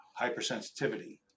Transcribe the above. hypersensitivity